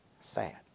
sad